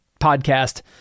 podcast